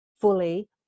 fully